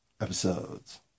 episodes